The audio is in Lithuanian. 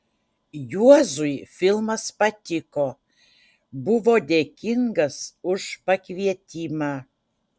juozui filmas patiko buvo dėkingas už pakvietimą